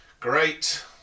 Great